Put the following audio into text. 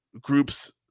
groups